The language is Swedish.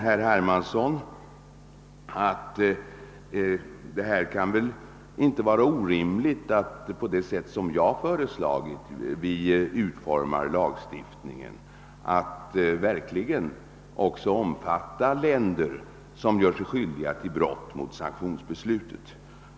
Herr Hermansson sade att det med tanke på hur lagen föreslås utformad väl inte kan vara orimligt att också sådana länder omfattas som verkligen gör sig skyldiga till brott mot sanktionsbeslutet.